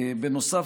בנוסף,